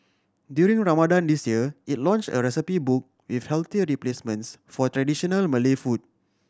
during Ramadan this year it launched a recipe book with healthier replacements for traditional Malay food